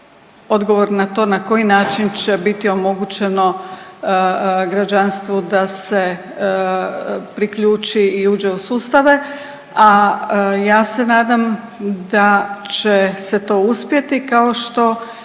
odgovor na to na koji način će biti omogućeno građanstvu da se priključi i uđe u sustave. A ja se nadam da će se to uspjeti kao što